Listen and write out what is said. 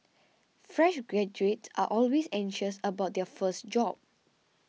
fresh graduates are always anxious about their first job